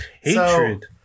hatred